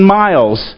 miles